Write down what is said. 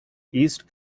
east